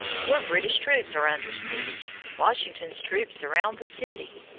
your british troops are under seige. washington's troops surround the city.